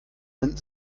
wenden